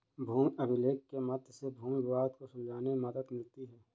भूमि अभिलेख के मध्य से भूमि विवाद को सुलझाने में मदद मिलती है